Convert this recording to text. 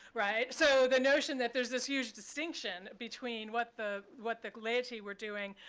right? so the notion that there's this huge distinction between what the what the laity were doing,